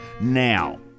Now